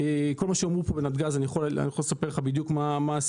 כל מה שאמרו פה על נתגז אני יכול לספר לך בדיוק מה ההבדלים,